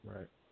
Right